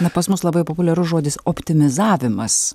na pas mus labai populiarus žodis optimizavimas